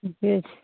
ठीके छै